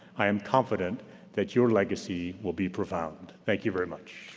i am confident that your legacy will be profound. thank you very much.